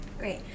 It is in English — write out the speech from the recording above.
Great